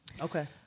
Okay